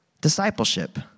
discipleship